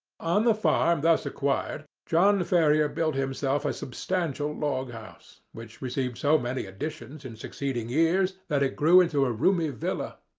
on the farm thus acquired john ferrier built himself a substantial log-house, which received so many additions in succeeding years that it grew into a roomy villa.